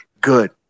Good